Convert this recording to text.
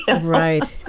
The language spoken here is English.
Right